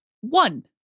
one